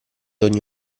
ogni